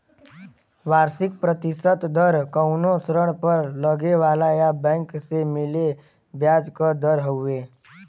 वार्षिक प्रतिशत दर कउनो ऋण पर लगे वाला या बैंक से मिले ब्याज क दर हउवे